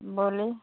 बोलिए